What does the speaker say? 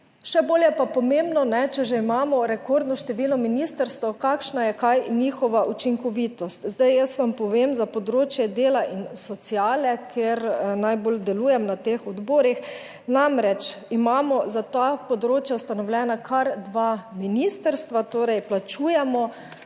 Še bolj je pa pomembno, če že imamo rekordno število ministrstev, kakšna je kaj njihova učinkovitost. Zdaj jaz vam povem za področje dela in sociale, kjer najbolj delujem na teh odborih, namreč imamo za ta področja ustanovljena kar dva ministrstva, torej plačujemo